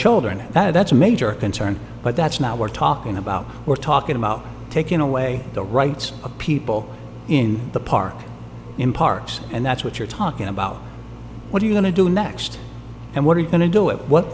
children and that's a major concern but that's not we're talking about we're talking about taking away the rights of people in the park in parks and that's what you're talking about what are you going to do next and what are you going to do it what